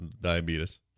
diabetes